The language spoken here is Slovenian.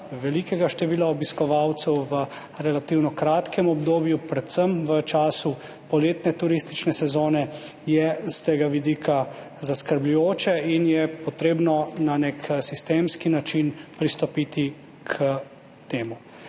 velikega števila obiskovalcev v relativno kratkem obdobju, predvsem v času poletne turistične sezone, s tega vidika zaskrbljujoče in je potrebno na nek sistemski način pristopiti k temu.